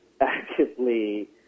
actively